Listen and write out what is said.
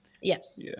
Yes